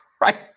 Right